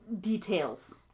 Details